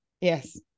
Yes